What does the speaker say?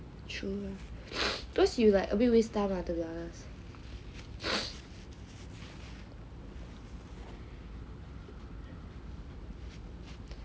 true because you like a bit waste time lah to be honest